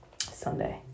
Sunday